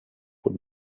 would